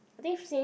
I think since